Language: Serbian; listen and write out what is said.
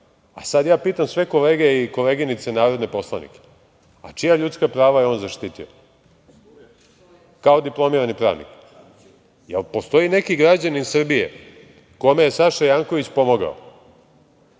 Sada ja pitam sve kolege i koleginice narodne poslanike, a čija ljudska prava je on zaštitio kao diplomirani pravnik? Da li postoji neki građanin Srbije kome je Saša Janković pomogao?